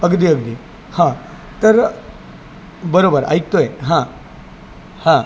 अगदी अगदी हां तर बरोबर ऐकतो आहे हां हां